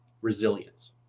Resilience